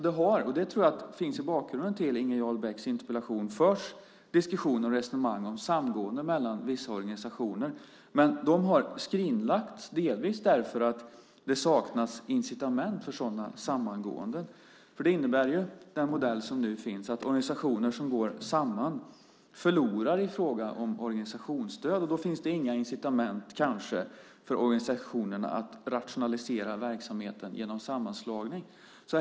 Det har - jag tror att det finns i bakgrunden till Inger Jarl Becks interpellation - förts diskussioner och resonemang om samgående mellan vissa organisationer, men de har skrinlagts delvis därför att det saknas incitament för sådana samgåenden. Den modell som nu finns innebär att organisationer som går samman förlorar organisationsstöd, och då finns det kanske inga incitament för organisationerna att rationalisera verksamheten genom sammanslagning.